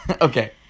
okay